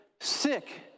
sick